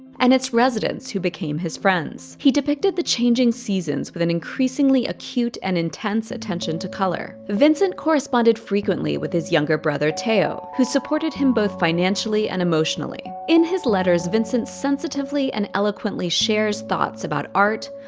and its residents, who became his friends. he depicted the changing seasons with an increasingly acute and intense attention to color. vincent corresponded frequently with his younger brother theo, who supported him both financially and emotionally. in his letters, vincent sensitively and eloquently shares thoughts about art,